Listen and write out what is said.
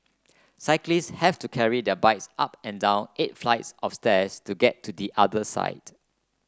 cyclists have to carry their bikes up and down eight flights of stairs to get to the other side